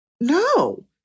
no